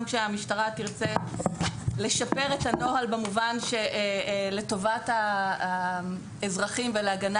גם כאשר המשטרה תרצה לשפר את הנוהל לטובת האזרחים ולהגנה